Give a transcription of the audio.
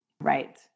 Right